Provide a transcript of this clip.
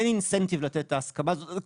אין אינסנטיב לתת את ההסכמה הזאת.